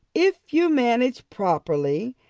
if you manage properly,